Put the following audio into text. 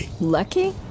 Lucky